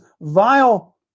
vile